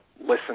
listen